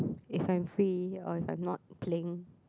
if I'm free or if I'm not playing